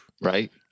Right